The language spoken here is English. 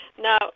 Now